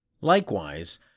Likewise